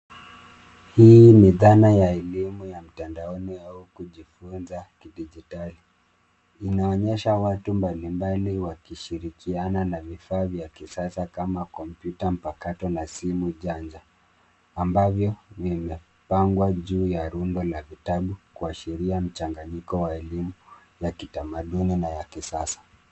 Hii ni dhana ya elimu ya mtandaoni au kujifunza kidijitali. Inaonyesha watu mbalimbali wakishirikiana na vifaa vya kisasa kama kompyuta mpakato na simu janja ambavyo vimepangwa juu ya rundo la vitabu kuashiria mchanganyiko wa elimu ya kitamaduni na ya kisasa.